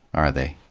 are they?